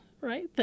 right